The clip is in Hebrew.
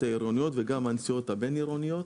העירוניות וגם הנסיעות הבינעירוניות,